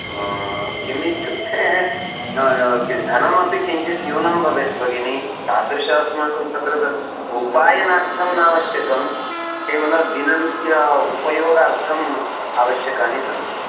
किमित्युक्ते धनमपि किञ्चित् न्यूनं भवेत् भगिनी तादृशम् अस्माकं तत्र उपायनार्थं नावश्यकं केवलं दिननित्यम् उपयोगार्थम् आवश्यकानि सन्ति